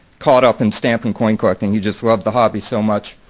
caught up in stamp and coin collecting. he just loved the hobby so much.